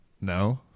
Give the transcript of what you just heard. No